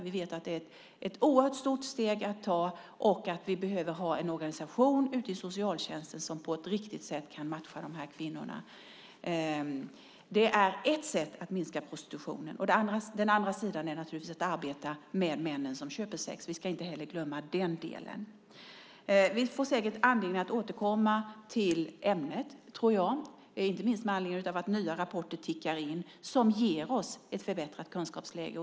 Vi vet att det är ett oerhört stort steg att ta, och vi behöver ha en organisation ute i socialtjänsten som på ett riktigt sätt kan matcha dessa kvinnor. Detta är ett av sätten att minska prostitutionen. Den andra sidan är naturligtvis att arbeta med männen som köper sex. Vi ska inte heller glömma den delen. Vi får säkert anledning att återkomma till ämnet, inte minst med anledning av att nya rapporter tickar in som ger oss ett förbättrat kunskapsläge.